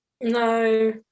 No